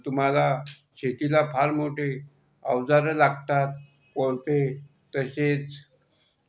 तुम्हांला शेतीला फार मोठी अवजारं लागतात कोळपे तसेच